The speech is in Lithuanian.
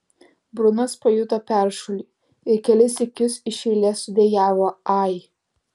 brunas pajuto peršulį ir kelis sykius iš eilės sudejavo ai